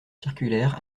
circulaire